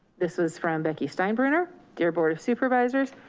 this was from becky steinbrenner, dear board of supervisors.